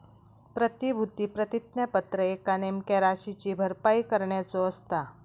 प्रतिभूती प्रतिज्ञापत्र एका नेमक्या राशीची भरपाई करण्याचो असता